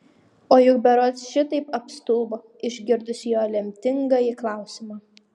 o juk berods šitaip apstulbo išgirdusi jo lemtingąjį klausimą